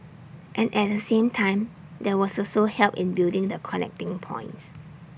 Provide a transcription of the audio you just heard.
and at the same time there was also help in building the connecting points